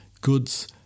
goods